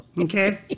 okay